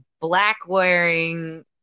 black-wearing